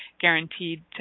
guaranteed